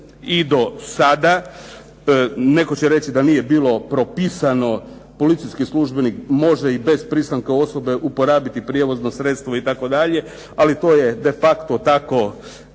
i do sada. Netko će reći da nije bilo propisano policijski službenik može i bez pristanka osobe uporabiti prijevozno sredstvo itd. ali to je de facto tako